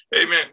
Amen